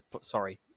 Sorry